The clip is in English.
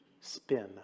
Spin